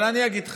אבל אני אגיד לך: